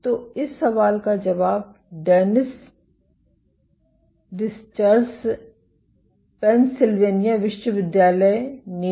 तो इस सवाल का जवाब डेनिस डिस्चर्स पेंसिल्वेनिया विश्वविद्यालय में ने दिया